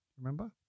remember